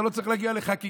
אתה לא צריך להגיע לחקיקה,